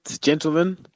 gentlemen